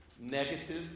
negative